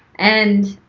and